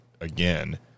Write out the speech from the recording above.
again